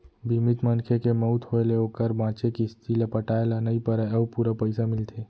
बीमित मनखे के मउत होय ले ओकर बांचे किस्त ल पटाए ल नइ परय अउ पूरा पइसा मिलथे